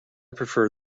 prefer